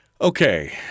Okay